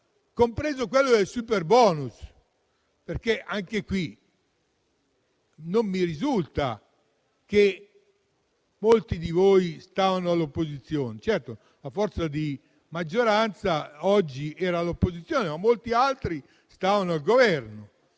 compreso il superbonus, perché non mi risulta che molti di voi stessero all'opposizione. Certo, la forza di maggioranza oggi era all'opposizione, ma molti altri stavano al Governo